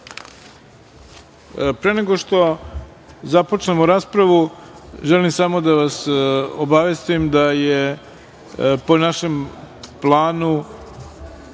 nego što započnemo raspravu, želim samo da vas obavestim da bi po našem planu